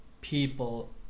people